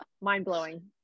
mind-blowing